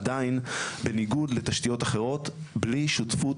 עדיין בניגוד לתשתיות אחרות בלי שותפות